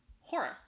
horror